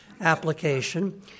application